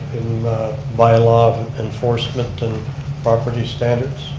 bylaw enforcement and property standards,